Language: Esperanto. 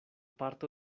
parto